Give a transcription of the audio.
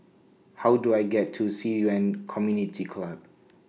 How Do I get to Ci Yuan Community Club